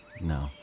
No